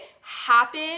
happen